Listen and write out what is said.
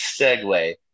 segue